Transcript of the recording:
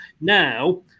Now